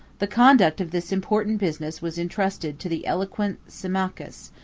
the conduct of this important business was intrusted to the eloquent symmachus,